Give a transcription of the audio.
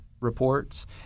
reports